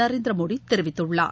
நரேந்திரமோடி தெரிவித்துள்ளார்